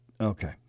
Okay